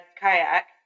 kayak